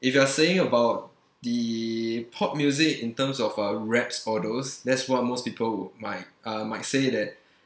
if you are saying about the pop music in terms of uh raps all those that's what most people might uh might say that